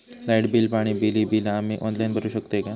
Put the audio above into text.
Light bill, पाणी bill, ही बिला आम्ही ऑनलाइन भरू शकतय का?